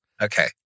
Okay